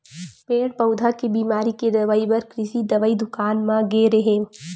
पेड़ पउधा के बिमारी के दवई बर कृषि दवई दुकान म गे रेहेंव